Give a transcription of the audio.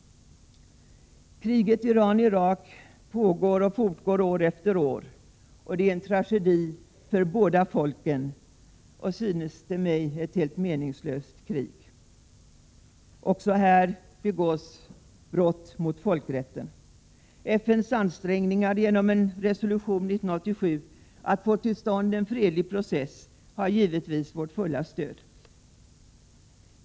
Kriget Iran —Irak fortgår år efter år — en tragedi för båda folken. Det är, synes det mig, ett helt meningslöst krig. Också här begås brott mot folkrätten. FN:s ansträngningar, genom en resolution 1987, att få till stånd en fredlig process har givetvis vårt fulla stöd.